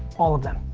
all of them.